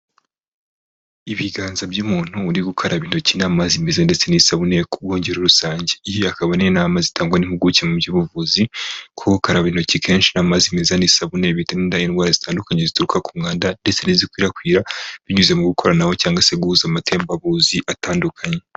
Ibiganza by'umuntu uri gukaraba intoki n' amazi meza ndetse n'isabune ku bwongeo rusange. Iyo akaba n'inama zitangwa n'impuguke mu by'ubuvuzi, ko gukaraba intoki kenshi n' amazi meza n'isabune birinda indwara zitandukanye, zituruka ku mwanda ndetse n'izikwirakwira binyuze mu gukorana cyangwa se guhuza amatembabuzi atandukanye.